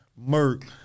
Murk